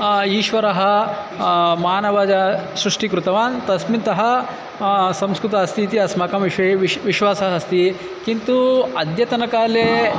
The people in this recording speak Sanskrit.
ईश्वरः मानवजा सृष्टिं कृतवान् तस्मिन् तः संस्कृतम् अस्ति इति अस्माकं विषये विश् विश्वासः अस्ति किन्तु अद्यतनकाले